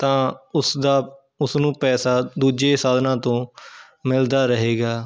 ਤਾਂ ਉਸਦਾ ਉਸਨੂੰ ਪੈਸਾ ਦੂਜੇ ਸਾਧਨਾਂ ਤੋਂ ਮਿਲਦਾ ਰਹੇਗਾ